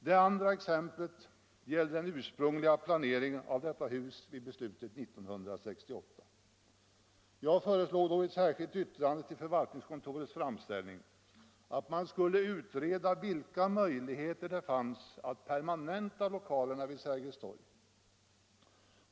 Det andra exemplet gäller den ursprungliga planeringen av detta hus vid beslutet 1968. Jag föreslog då i ett särskilt yttrande till förvaltningskontorets framställning att man också skulle utreda vilka möjligheter det fanns att permanenta lokalerna vid Sergels torg.